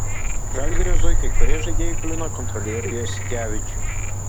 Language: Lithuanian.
žalgirio zuikiai kurie žaidėjai kliūna kontrolieriui jasikevičiui